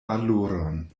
valoron